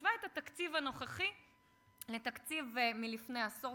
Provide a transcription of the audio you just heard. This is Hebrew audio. שבעצם זה לא נאמר לפרוטוקול,